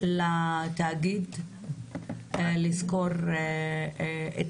לתאגיד לשכור את